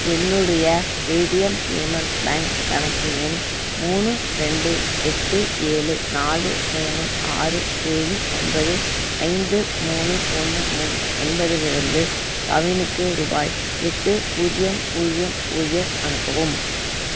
என்னுடைய Paytm payment bank கணக்கு எண் மூணு ரெண்டு எட்டு ஏழு நாலு மூணு ஆறு ஏழு ஒன்பது ஐந்து மூணு ஒன்று மூணு என்பதிலிருந்து கவினிக்கு ரூபாய் எட்டு பூஜ்ஜியம் பூஜ்ஜியம் பூஜ்ஜியம் அனுப்பவும்